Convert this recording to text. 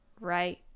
right